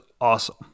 awesome